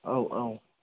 औ औ